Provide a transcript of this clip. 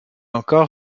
encore